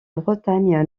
bretagne